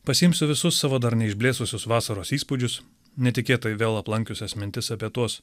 pasiimsiu visus savo dar neišblėsusius vasaros įspūdžius netikėtai vėl aplankiusias mintis apie tuos